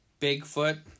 Bigfoot